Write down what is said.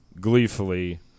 gleefully